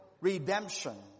redemption